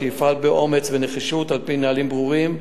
שיפעל באומץ ונחישות על-פי נהלים ברורים,